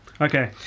okay